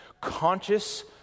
conscious